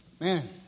man